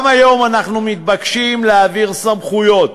גם היום אנחנו מתבקשים להעביר סמכויות,